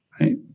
right